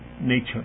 nature